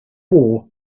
war